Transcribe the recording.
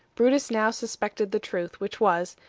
brutus now suspected the truth, which was,